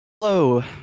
hello